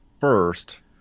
first